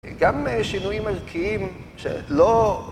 גם שינויים ערכיים שלא...